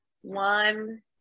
one